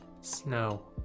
snow